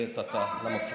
לעת עתה.